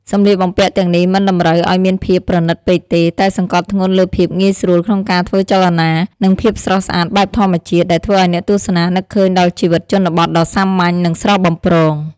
សម្លៀកបំពាក់ទាំងនេះមិនតម្រូវឱ្យមានភាពប្រណិតពេកទេ តែសង្កត់ធ្ងន់លើភាពងាយស្រួលក្នុងការធ្វើចលនា និងភាពស្រស់ស្អាតបែបធម្មជាតិ ដែលធ្វើឱ្យអ្នកទស្សនានឹកឃើញដល់ជីវិតជនបទដ៏សាមញ្ញ និងស្រស់បំព្រង។